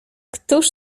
któż